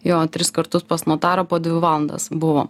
jo tris kartus pas notarą po dvi valandas buvom